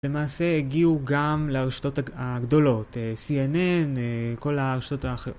למעשה הגיעו גם להרשתות הגדולות, CNN, כל ההרשתות האחרות.